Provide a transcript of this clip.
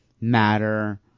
matter